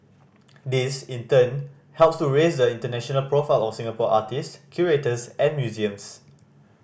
this in turn helps to raise the international profile of Singapore artist curators and museums